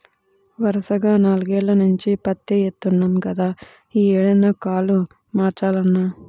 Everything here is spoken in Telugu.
వరసగా నాల్గేల్ల నుంచి పత్తే యేత్తన్నాం గదా, యీ ఏడన్నా కాలు మార్చాలన్నా